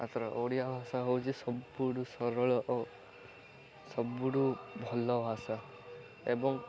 ମାତ୍ର ଓଡ଼ିଆ ଭାଷା ହଉଛି ସବୁଠୁ ସରଳ ଓ ସବୁଠୁ ଭଲ ଭାଷା ଏବଂ